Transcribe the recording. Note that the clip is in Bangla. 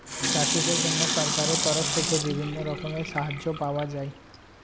চাষীদের জন্য সরকারের তরফ থেকে বিভিন্ন রকমের সাহায্য পাওয়া যায়